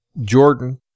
Jordan